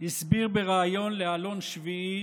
הסביר בריאיון לעלון שביעי